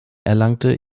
erlangte